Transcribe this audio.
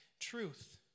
truth